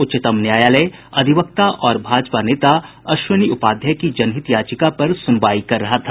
उच्चतम न्यायालय अधिवक्ता और भाजपा नेता अश्विनी उपाध्याय की जनहित याचिका पर सुनवाई कर रहा था